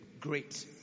great